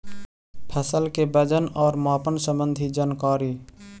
फसल के वजन और मापन संबंधी जनकारी?